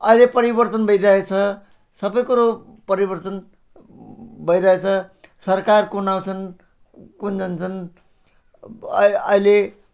अहिले परिवर्तन भइरहेको छ सबै कुरो परिवर्तन भइरहेको छ सरकार कुन आउँछन् कुन जान्छन् अब अहिले